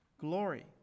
glory